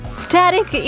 static